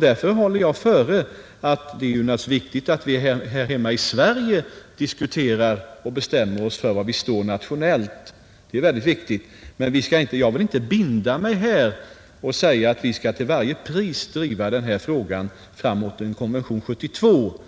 Därför håller jag före att det visserligen är viktigt att vi här hemma i Sverige diskuterar och bestämmer oss för var vi står nationellt, men jag vill inte binda mig här och säga att vi till varje pris skall driva fram denna fråga så att vi får en konvention 1972.